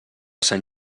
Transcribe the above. sant